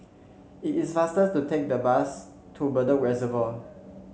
it is faster to take the bus to Bedok Reservoir